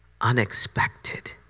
unexpected